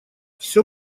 все